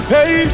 Hey